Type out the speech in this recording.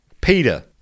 Peter